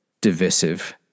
divisive